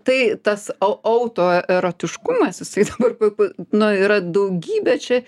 tai tas a autoerotiškumas jisai dabar papu nu yra daugybė čia